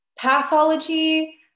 pathology